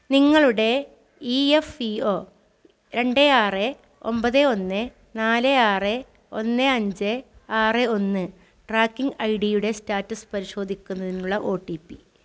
നിങ്ങളുടെ E F O രണ്ട് ആറ് ഒമ്പത് ഒന്ന് നാല് ആറ് ഒന്ന് അഞ്ച് ആറ് ഒന്ന് ട്രാക്കിംഗ് ഐ ഡിയുടെ സ്റ്റാറ്റസ് പരിശോധിക്കുന്നതിനുള്ള ഓ റ്റി പീ